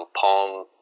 Palm